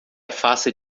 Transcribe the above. afasta